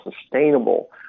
sustainable